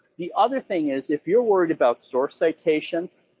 the other thing is, if you're worried about source citations,